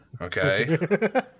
Okay